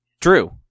Drew